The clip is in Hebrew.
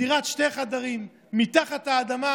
בדירת שני חדרים מתחת לאדמה,